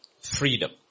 freedom